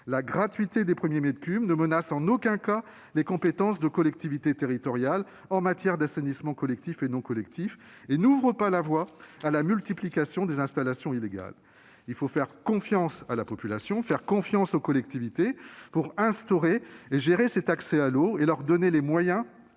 La gratuité des premiers mètres cubes ne menace en aucun cas les compétences des collectivités territoriales en matière d'assainissement collectif et non collectif et n'ouvre pas la voie à la multiplication des installations illégales. Il faut faire confiance à la population, mais aussi aux collectivités pour instaurer et gérer cet accès à l'eau tout en leur en donnant les moyens.